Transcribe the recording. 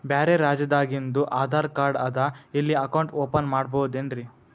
ಬ್ಯಾರೆ ರಾಜ್ಯಾದಾಗಿಂದು ಆಧಾರ್ ಕಾರ್ಡ್ ಅದಾ ಇಲ್ಲಿ ಅಕೌಂಟ್ ಓಪನ್ ಮಾಡಬೋದೇನ್ರಿ?